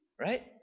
right